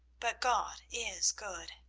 but god is good.